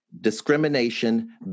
discrimination